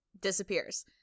disappears